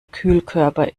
kühlkörper